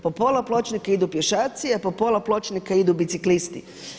Po pola pločnika idu pješaci a po pola pločnika idu biciklisti.